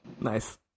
Nice